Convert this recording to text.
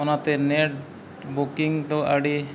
ᱚᱱᱟᱛᱮ net booking ᱫᱚ ᱟᱹᱰᱤ